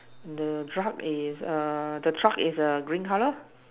the truck is a the truck is a green color